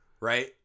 right